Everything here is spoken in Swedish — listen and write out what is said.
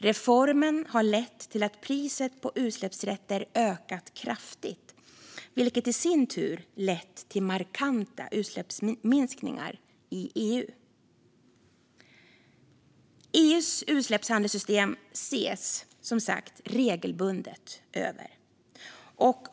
Reformen har lett till att priset på utsläppsrätter har ökat kraftigt, vilket i sin tur har lett till markanta utsläppsminskningar i EU. EU:s utsläppshandelssystem ses som sagt regelbundet över.